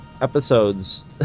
episodes